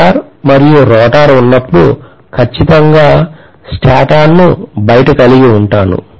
stator మరియు rotor ఉన్నప్పుడు ఖచ్చితంగా స్టేటర్ను బయట కలిగి ఉంటాను